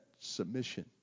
submission